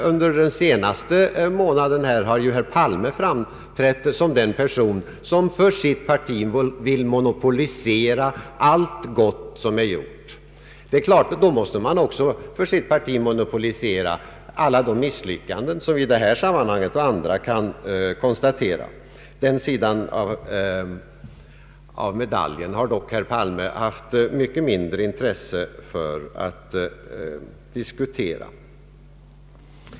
Under den senaste månaden har herr Palme framträtt som den person vilken för sitt parti vill monopolisera allt gott som giorts. Det är klart att man då också för sitt parti måste monopolisera alla de misslyckanden som kan konstateras i detta och andra sammanhang. Den sidan av medaljen har dock herr Palme haft mycket mindre intresse för att diskutera.